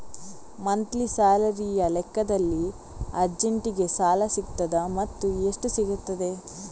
Monthly ಸ್ಯಾಲರಿಯ ಲೆಕ್ಕದಲ್ಲಿ ಅರ್ಜೆಂಟಿಗೆ ಸಾಲ ಸಿಗುತ್ತದಾ ಮತ್ತುಎಷ್ಟು ಸಿಗುತ್ತದೆ?